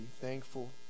thankful